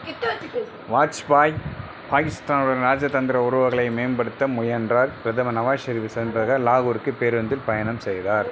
வாஜ்பாய் பாகிஸ்தானுடன் இராஜதந்திர உறவுகளை மேம்படுத்த முயன்றார் பிரதமர் நவாஸ் ஷெரீப்பை லாகூருக்கு பேருந்தில் பயணம் செய்தார்